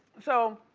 so,